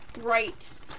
right